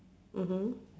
mmhmm